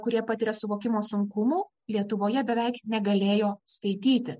kurie patiria suvokimo sunkumų lietuvoje beveik negalėjo skaityti